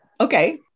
Okay